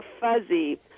fuzzy